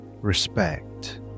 Respect